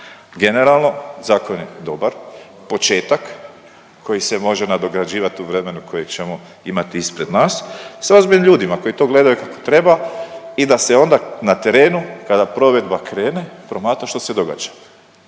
Generalno, zakon je dobar, početak koji se može nadograđivati u vremenu kojeg ćemo imati ispred nas sa ozbiljnim ljudima koji to gledaju kako treba i da se onda na terenu kada provedba krene promatra što se događa.